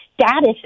status